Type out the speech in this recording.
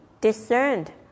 discerned